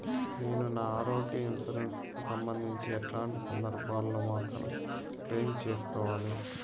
నేను నా ఆరోగ్య ఇన్సూరెన్సు కు సంబంధించి ఎట్లాంటి సందర్భాల్లో మాత్రమే క్లెయిమ్ సేసుకోవాలి?